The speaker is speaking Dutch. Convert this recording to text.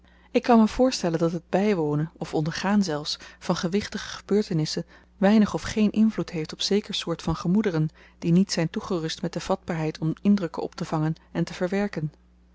ik kan me voorstellen dat het bywonen of ondergaan zelfs van gewichtige gebeurtenissen weinig of geen invloed heeft op zeker soort van gemoederen die niet zyn toegerust met de vatbaarheid om indrukken optevangen en te verwerken